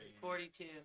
Forty-two